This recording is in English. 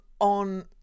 on